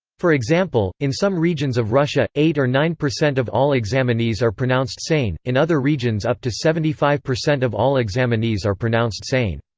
for example, in some regions of russia, eight or nine percent of all examinees are pronounced sane in other regions up to seventy five percent of all examinees are pronounced sane.